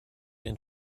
den